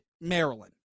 Maryland